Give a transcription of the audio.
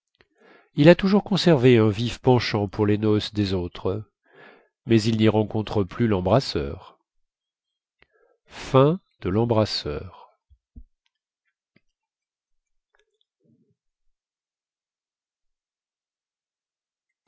il a toujours conservé un vif penchant pour les noces des autres mais il ny rencontre plus lembrasseur